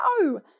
no